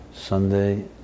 Sunday